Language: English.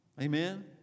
Amen